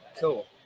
Cool